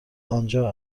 آنجا